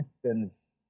questions